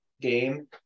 game